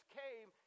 came